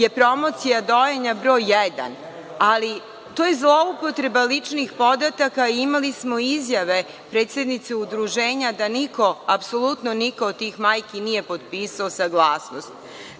je promocija dojenja broj 1, ali to je zloupotreba ličnih podataka. Imali smo izjave predsednice udruženja da niko od tih majki nije potpisao saglasnost.